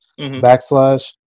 backslash